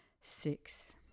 six